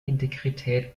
integrität